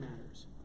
matters